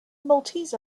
maltese